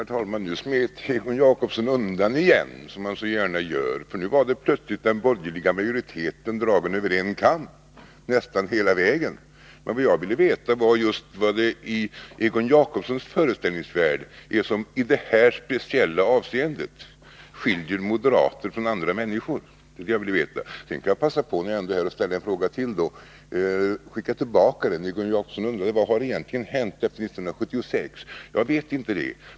Herr talman! Nu smet Egon Jacobsson undan igen, som han så gärna gör. Nu var det plötsligt den borgerliga majoriteten, dragen över en kam, nästan hela vägen. Vad jag ville veta var vad som i just Egon Jacobssons föreställningsvärld i det här speciella avseendet skiljer moderater från andra människor. Sedan skall jag passa på, när jag ändå är här, att ställa en fråga till. Jag skickar tillbaka den. Egon Jacobsson undrade vad som egentligen har hänt efter 1976. Jag vet inte det.